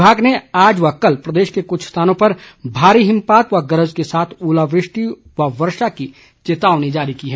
विभाग ने आज व कल प्रदेश के कुछ स्थानों पर भारी हिमपात व गरज के साथ ओलावृष्टि और वर्षा की चेतावनी जारी की है